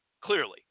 clearly